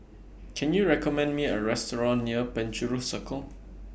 Can YOU recommend Me A Restaurant near Penjuru Circle